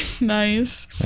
Nice